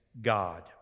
God